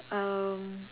um